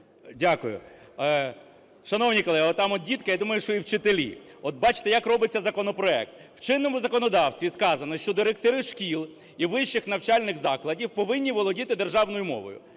дякую. Шановні колеги, отам от дітки, я думаю, що і вчителі. От бачите, як робиться законопроект. В чинному законодавстві сказано, що директори шкіл і вищих навчальних закладів повинні володіти державною мовою.